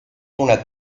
una